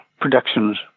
Productions